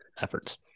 efforts